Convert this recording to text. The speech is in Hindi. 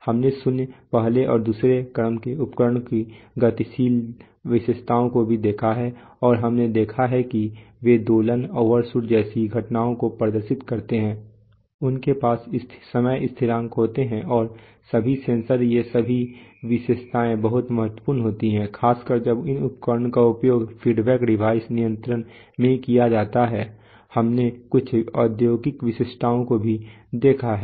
हमने शून्य पहले और दूसरे क्रम के उपकरणों की गतिशील विशेषता को भी देखा है और हमने देखा है कि वे दोलन ओवरशूट जैसी घटनाओं को प्रदर्शित करते हैं उनके पास समय स्थिरांक होते हैं और सभी सेंसर ये सभी विशेषताएँ बहुत महत्वपूर्ण होती हैं खासकर जब इन उपकरणों का उपयोग फीडबैक डिवाइस नियंत्रण में किया जाता हैं हमने कुछ औद्योगिक विशिष्टताओं को भी देखा है